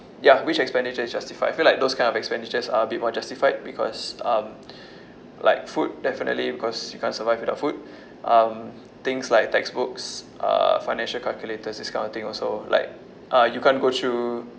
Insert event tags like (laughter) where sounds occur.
ya which expenditure is justified I feel like those kind of expenditures are a bit more justified because um (breath) like food definitely because you can't survive without food um things like textbooks uh financial calculators this kind of thing also like uh you can't go through